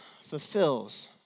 fulfills